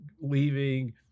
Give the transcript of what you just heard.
leaving